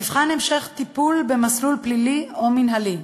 נבחן המשך טיפול במסלול פלילי או מינהלי,